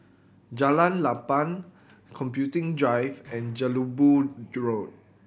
Jalan Lapang Computing Drive and Jelebu Road